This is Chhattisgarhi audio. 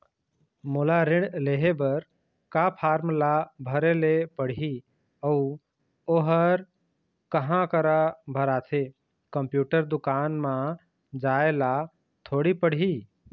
मोला ऋण लेहे बर का फार्म ला भरे ले पड़ही अऊ ओहर कहा करा भराथे, कंप्यूटर दुकान मा जाए ला थोड़ी पड़ही?